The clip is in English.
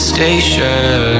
Station